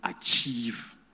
achieve